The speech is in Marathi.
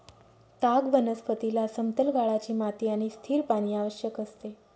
ताग वनस्पतीला समतल गाळाची माती आणि स्थिर पाणी आवश्यक असते